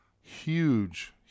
huge